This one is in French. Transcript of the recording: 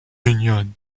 union